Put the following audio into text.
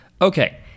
Okay